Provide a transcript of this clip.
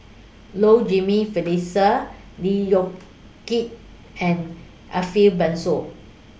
Low Jimenez Felicia Lee Yong Kiat and Ariff Bongso